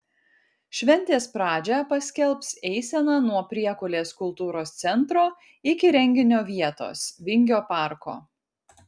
šventės pradžią paskelbs eisena nuo priekulės kultūros centro iki renginio vietos vingio parko